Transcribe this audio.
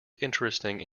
interesting